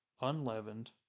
unleavened